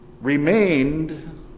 remained